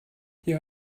hier